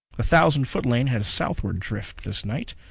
the thousand-foot lane had a southward drift, this night.